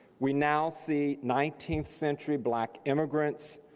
we now see nineteenth century black immigrants,